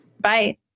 Bye